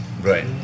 Right